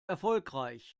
erfolgreich